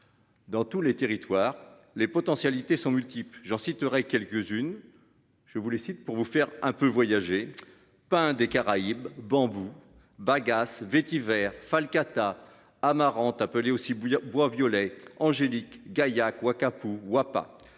Dans tous les territoires les potentialités sont multiples. J'en citerai quelques-unes. Je vous les cite pour vous faire un peu voyagé pas hein des Caraïbes bambou Bagasse vétiver Fall cata Amaranth appelé aussi bouillant bois violet Angélique Gaillac Wakapou pas